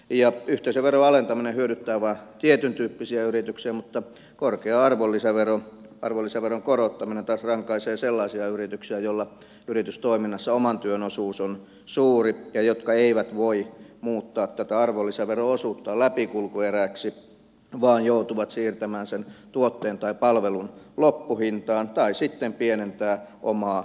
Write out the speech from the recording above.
ja yhteisöveron alentaminen hyödyttää vain tietyntyyppisiä yrityksiä mutta korkea arvonlisävero arvonlisäveron korottaminen taas rankaisevat sellaisia yrityksiä joilla yritystoiminnassa oman työn osuus on suuri ja jotka eivät voi muuttaa tätä arvonlisävero osuuttaan läpikulkueräksi vaan joutuvat siirtämään sen tuotteen tai palvelun loppuhintaan tai sitten pienentämään omaa tuloaan